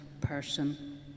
person